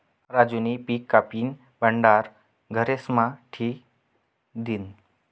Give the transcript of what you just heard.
राजूनी पिक कापीन भंडार घरेस्मा ठी दिन्हं